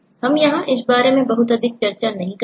हम यहां इस बारे में बहुत अधिक चर्चा नहीं करेंगे